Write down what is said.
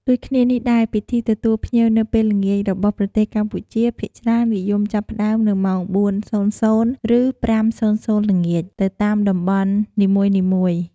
ដូចគ្នានេះដែរ ពិធីទទួលភ្ញៀវនៅពេលល្ងាចរបស់ ប្រទេសកម្ពុជាភាគច្រើននិយមចាប់ផ្តើមនៅម៉ោង ៤ៈ០០ ឬ៥:០០ ល្ងាច ទៅតាមតំបន់នីមួយៗ។